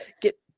get